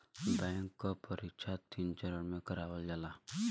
bank क परीक्षा तीन चरण में करावल जाला